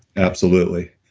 absolutely.